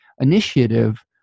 initiative